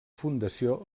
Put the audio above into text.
fundació